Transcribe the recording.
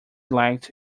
liked